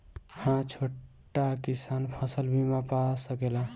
हा छोटा किसान फसल बीमा पा सकेला?